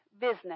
business